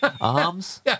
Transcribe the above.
Arms